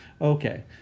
okay